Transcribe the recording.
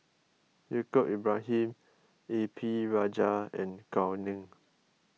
Yaacob Ibrahim A P Rajah and Gao Ning